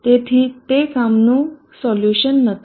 તેથી તે કામનું સોલ્યુશન નથી